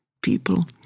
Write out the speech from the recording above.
people